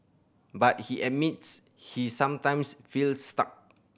but he admits he sometimes feels stuck